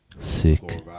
Sick